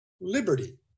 liberty